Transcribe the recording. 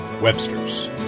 Webster's